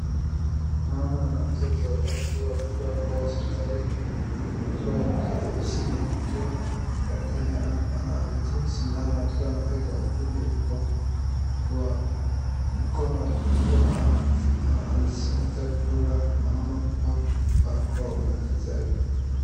Mama na mtoto waki wakiwa kwa hospitalini, ikiwa wameketi chini ikiwa daktari ana anatoa sindano akiwa anataka adunge kwa mkono ikiwa anapati ana anataka kudunga na mama amevaa barakoa.